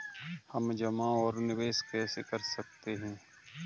हम जमा और निवेश कैसे कर सकते हैं?